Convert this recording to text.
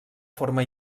forma